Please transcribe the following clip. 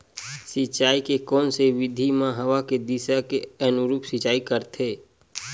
सिंचाई के कोन से विधि म हवा के दिशा के अनुरूप सिंचाई करथे?